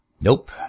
Nope